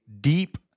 deep